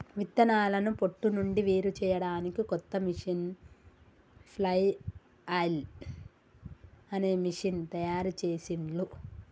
విత్తనాలను పొట్టు నుండి వేరుచేయడానికి కొత్త మెషీను ఫ్లఐల్ అనే మెషీను తయారుచేసిండ్లు